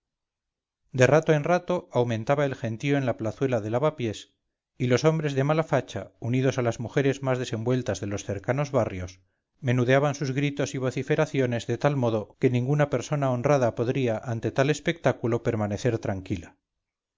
de rato en rato aumentaba el gentío en la plazuela del avapiés y los hombres de mala facha unidos a las mujeres más desenvueltas de los cercanos barrios menudeaban sus gritos y vociferaciones de tal modo que ninguna persona honrada podría ante tal espectáculo permanecer tranquila